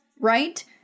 right